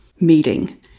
meeting